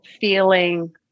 feeling